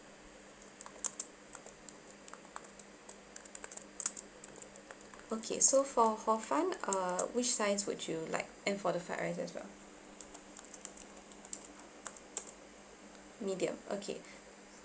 okay so for hor fun err which size would you like and for the fried rice as well medium okay